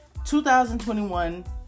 2021